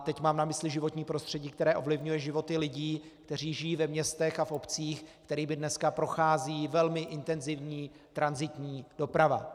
Teď mám na mysli životní prostředí, které ovlivňuje životy lidí, kteří žijí ve městech a obcích, kterými dneska prochází velmi intenzivní tranzitní doprava.